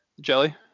Jelly